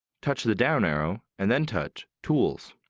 touch the down arrow and then touch tools.